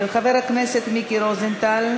של חבר הכנסת מיקי רוזנטל.